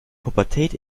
pubertät